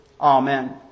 Amen